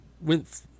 went